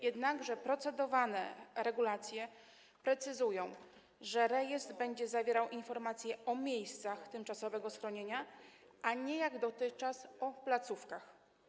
Jednakże procedowane regulacje precyzują, że rejestr będzie zawierał informacje o miejscach tymczasowego schronienia, a nie, jak dotychczas, o placówkach.